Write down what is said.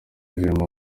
zirimo